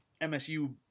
MSU